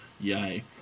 Yay